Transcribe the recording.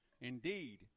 Indeed